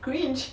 cringe